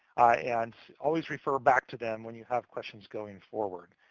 and always refer back to them when you have questions going forward.